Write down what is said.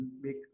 make